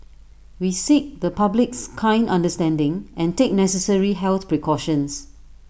we seek the public's kind understanding and take necessary health precautions